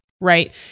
right